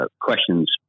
questions